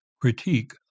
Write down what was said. critique